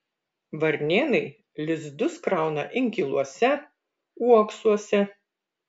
varnėnai lizdus krauna inkiluose uoksuose